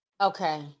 Okay